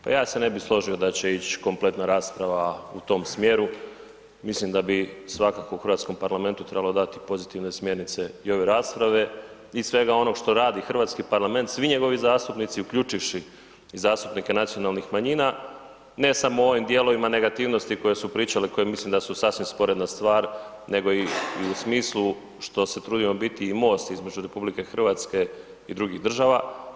Pa ja se ne bih složio da će ići kompletna rasprava u tom smjeru, mislim da bi svakako u hrvatskom parlamentu trebalo dati pozitivne smjernice i ove rasprave i svega onoga što radi hrvatski parlament, svi njegovi zastupnici, uključivši i zastupnike nacionalnih manjina, ne samo u ovim dijelovima negativnosti koje su pričali, koje mislim da su sasvim sporedna stvar, nego i u smislu što se trudimo biti i most između RH i drugih država.